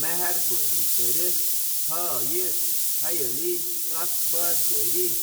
مہربٲنی کٔرِتھ تھٲیِو یہِ خیٲلی کَتھ باتھ جٲری: "بہٕ چُھس